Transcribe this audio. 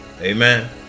Amen